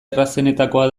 errazenetakoa